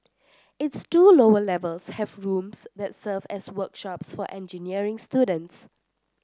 its two lower levels have rooms that serve as workshops for engineering students